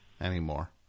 anymore